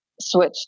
switch